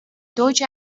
deutsche